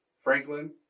Franklin